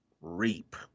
reap